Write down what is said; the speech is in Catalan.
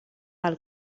del